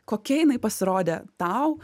kokia jinai pasirodė tau